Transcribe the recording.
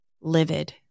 livid